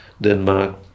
Denmark